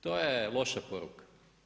To je loša poruka.